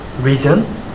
reason